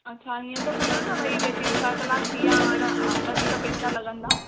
अच्छा हीअं त कोन्ह आहे न भाई जेके छह कलाक थी विया हाणे अ वधीक पैसा लॻंदा